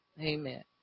amen